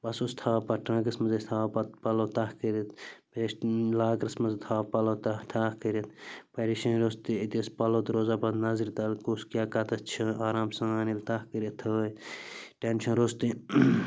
بَس اوسُس تھاوان پَتہٕ ٹرنٛکَس منٛز ٲسۍ تھاوان پَتہٕ پَلو تہہ کٔرِتھ بیٚیہِ ٲسۍ لَاکرَس منٛز تھاوان پَلو تہہ تھاوان کٔرِتھ پریشٲنی روٚستٕے أتی ٲس پَلَو تہٕ روزان پَتہٕ نظرِ تَل کُس کیٛاہ کَتٮ۪تھ چھِ آرام سان ییٚلہِ تہہ کٔرِتھ تھٲے ٹٮ۪نشَن روٚستٕے